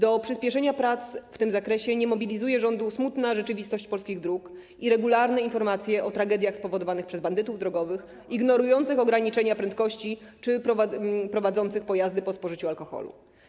Do przyspieszenia prac w tym zakresie nie mobilizuje rządu smutna rzeczywistość polskich dróg i regularne informacje o tragediach spowodowanych przez bandytów drogowych ignorujących ograniczenia prędkości czy prowadzących pojazdy po spożyciu alkoholu.